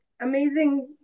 amazing